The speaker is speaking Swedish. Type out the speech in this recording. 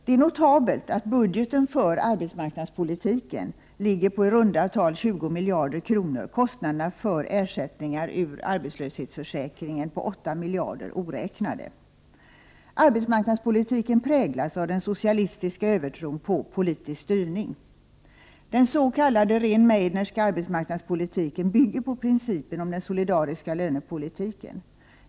Det är notabelt att budgeten för arbetsmarknadspolitiken ligger på i runda tal 20 miljarder kronor — kostnaderna för ersättningar ur arbetslöshetsförsäkringen med 8 miljarder kronor oräknade. Arbetsmarknadspolitiken präglas av den socialistiska övertron på politisk styrning. Den s.k. Rehn-Meidnerska arbetsmarknadspolitiken bygger på principen om den solidariska lönepolitiken.